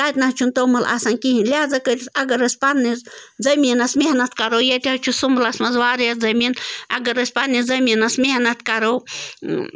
تَتہِ نہٕ حظ چھِنہٕ توٚمُل آسان کِہیٖنۍ لہٰذا کٔرِتھ اگر أسۍ پنٛنِس زٔمیٖنَس محنت کَرو ییٚتہِ حظ چھُ سُمبلَس منٛز واریاہ زٔمیٖن اگر أسۍ پنٛنِس زٔمیٖنَس محنت کَرو